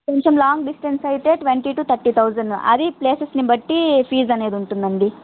కొంచెం long distance అయితే twenty two thirty thousand అది ప్లేసెస్ని బట్టి ఫీజ అనేది ఉంటుందండి